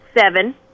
Seven